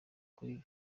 kuri